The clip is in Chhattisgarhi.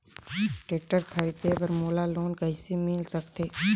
टेक्टर खरीदे बर मोला लोन कइसे मिल सकथे?